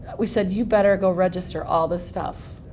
we said you better go register all this stuff.